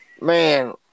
man